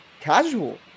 casual